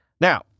Now